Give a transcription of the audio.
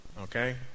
Okay